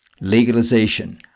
legalization